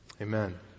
Amen